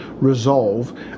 resolve